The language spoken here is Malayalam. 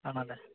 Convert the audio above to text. ആണല്ലേ